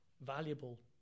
valuable